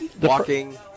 Walking